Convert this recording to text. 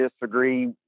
disagree